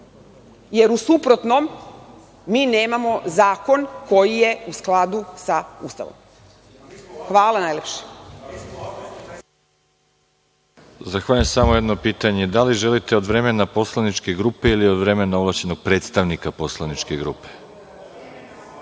U suprotnom mi nemamo zakon koji je u skladu sa Ustavom. Hvala najlepše.